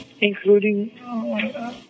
including